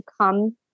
come